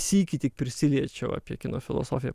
sykį tik prisiliečiau apie kino filosofiją